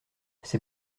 c’est